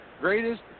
Greatest